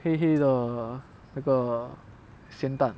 黑黑的那个咸蛋